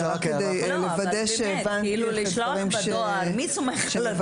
רוצה לוודא את הדברים שמבקשים.